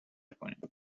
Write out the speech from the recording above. کنیم